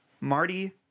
Marty